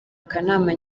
akanama